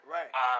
Right